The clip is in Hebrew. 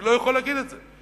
אני לא יכול להגיד את זה.